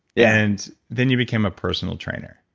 and then you became a personal trainer.